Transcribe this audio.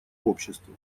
общество